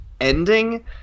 ending